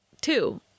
Two